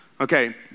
Okay